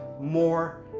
more